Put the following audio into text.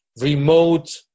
remote